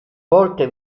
volte